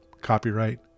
Copyright